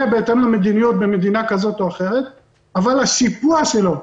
בהתאם למדיניות במדינה כזאת או אחרת אבל השיפוע שלו,